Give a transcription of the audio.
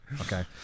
Okay